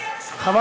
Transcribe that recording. חברים,